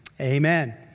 amen